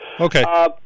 Okay